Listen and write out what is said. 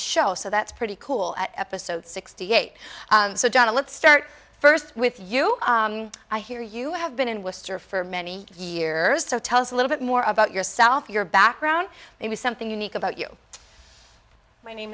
show so that's pretty cool episode sixty eight so john let's start first with you i hear you have been in worcester for many years so tell us a little bit more about yourself your background it was something unique about you my name